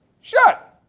shut.